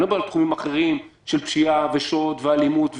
אני לא מדבר על תחומים אחרים של פשיעה ושוד ואלימות.